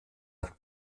hat